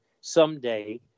someday